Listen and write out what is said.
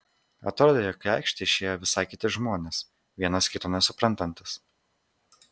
atrodė jog į aikštę išėjo visai kiti žmonės vienas kito nesuprantantys